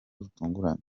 rutunguranye